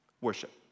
worship